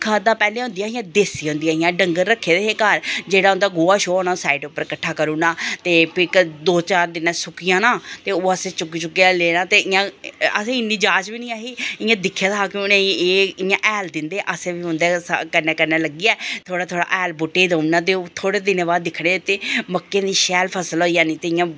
खादां पैह्लें होंदियां हियां देसी होंदियां हियां डंगर रक्खे दे घर उं'दा गोहा शोहा होना साइज पर कट्ठा करी ओड़ना ते फ्ही दो चार दिनें सुक्की जाना ते ओह् असें चुक्की चुक्कियै लेना ते असेंगी इन्नी जाच बी निं ऐही ही इ'यां दिक्खे दा हा कि इ'यां हैल दिंदे असें उंदे कन्नै कन्नै लग्गियै थोह्ड़ा थोह्ड़ा हैल बूह्टे गी देई ओड़ना ते ओह् थोह्ड़े दिने बाद दिक्खनी मक्कें दी शैल फसल होई जानी ते इ'यां